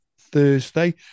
thursday